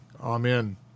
Amen